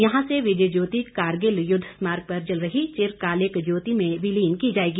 यहां ये विजय ज्योति कारगिल युद्ध स्मारक पर जल रही चिरकालिक ज्योति में विलीन की जाएगी